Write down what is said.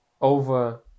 over